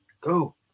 Go